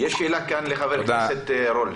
יש שאלה כאן לחבר הכנסת רול.